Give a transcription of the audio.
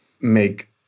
make